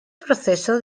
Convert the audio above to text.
proceso